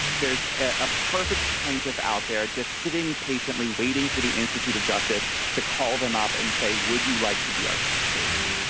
there's a perfect plaintiff out there just sitting patiently waiting for the institute of justice to call them up and say, would you like to be our test case?